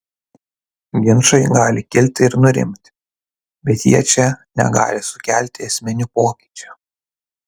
ginčai gali kilti ir nurimti bet jie čia negali sukelti esminių pokyčių